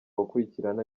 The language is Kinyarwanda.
gukurikirana